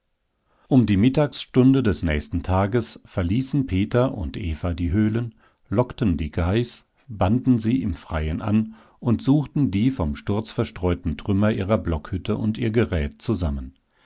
um die mittagsstunde des nächsten tages verließen peter und eva die höhlen lockten die geiß banden sie im freien an und suchten die vom sturm verstreuten trümmer ihrer blockhütte und ihr gerät zusammen